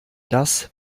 das